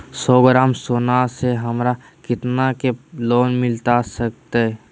सौ ग्राम सोना से हमरा कितना के लोन मिलता सकतैय?